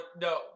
no